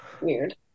Weird